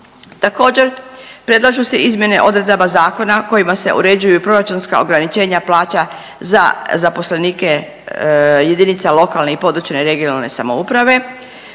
Također predlažu se izmjene odredaba zakona kojima se uređuju proračunska ograničenja plaća za zaposlenike jedinica lokalne i područne regionalne samouprave,